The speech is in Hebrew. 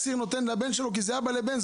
האסיר נותן לבן שלו זה אבא לבן,